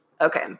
Okay